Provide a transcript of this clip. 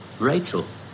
Rachel